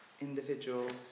individuals